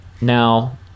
Now